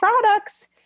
products